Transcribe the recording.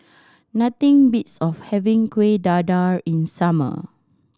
nothing beats of having Kuih Dadar in summer